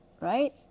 Right